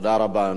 תודה רבה.